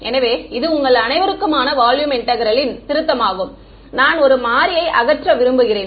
எனவே இது உங்கள் அனைவருக்குமான வால்யூம் இன்டெக்ரல் ன் திருத்தமாகும் நான் ஒரு மாறியை அகற்ற விரும்புகிறேன்